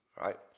right